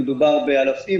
מדובר באלפים,